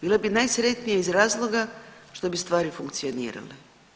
Bila bi najsretnija iz razloga što bi stvari funkcionirale.